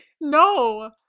No